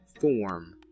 form